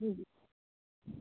हुँ